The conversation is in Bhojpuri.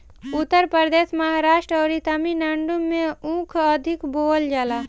उत्तर प्रदेश, महाराष्ट्र अउरी तमिलनाडु में ऊख अधिका बोअल जाला